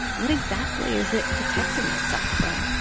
what exactly is it protecting itself from?